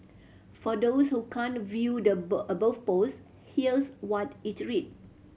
for those who can't view the above post here's what it read